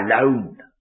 alone